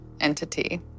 entity